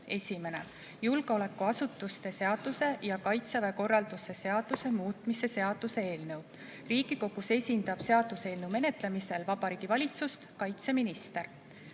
julgeolekuasutuste seaduse ja Kaitseväe korralduse seaduse muutmise seaduse eelnõu. Riigikogus esindab seaduseelnõu menetlemisel Vabariigi Valitsust kaitseminister.